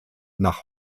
nach